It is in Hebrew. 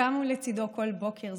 קמו לצידו כל בוקר.